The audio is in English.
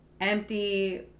empty